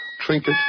trinket